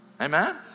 Amen